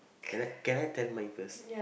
can I can I tell mine first